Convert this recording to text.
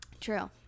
true